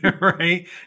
Right